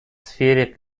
сфере